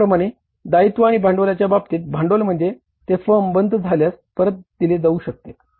त्याचप्रमाणे दायित्व आणि भांडवलाच्या बाबतीत भांडवल म्हणजे ते फर्म बंद झाल्यास परत दिले जाऊ शकते